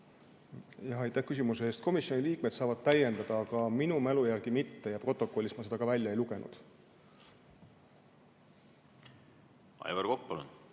Aitäh küsimuse eest! Komisjoni liikmed saavad täiendada, aga minu mälu järgi mitte ja protokollist ma seda välja ei lugenud. Aivar Kokk, palun!